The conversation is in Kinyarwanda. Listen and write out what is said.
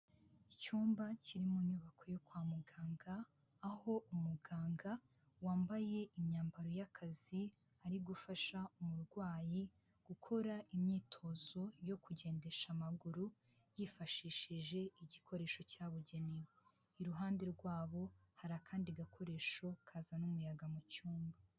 Icyumba kiri mu nyubako yo kwa muganga, aho umuganga wambaye imyambaro y'akazi, ari gufasha umurwayi gukora imyitozo yo kugendesha amaguru, yifashishije igikoresho cyabugenewe, iruhande rwabo hari akandi gakoresho kazana umuyaga mu cyumba.